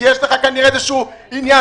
כי יש לך כנראה איזשהו עניין,